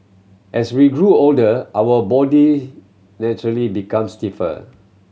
as we grow older our body naturally become stiffer